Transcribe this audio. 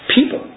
People